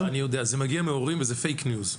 אני יודע, זה מגיע מהורים וזה 'פייק ניוז'.